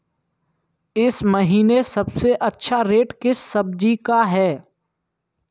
इस महीने सबसे अच्छा रेट किस सब्जी का है?